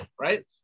right